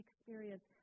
Experience